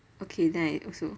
okay then I also